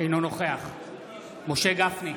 אינו נוכח משה גפני,